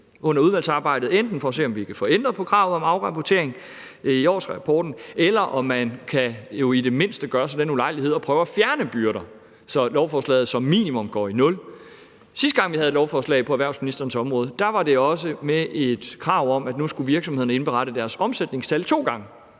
under udvalgsarbejdet enten prøve at se, om vi kan få ændret på kravet om afrapportering i årsberetningen, eller om man i det mindste kan gøre sig den ulejlighed at prøve at fjerne byrder, så lovforslaget som minimum går i nul. Sidste gang, vi havde et lovforslag på erhvervsministerens område, var det også med et krav om, at nu skulle virksomhederne indberette deres omsætningstal to gange.